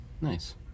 Nice